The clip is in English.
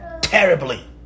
terribly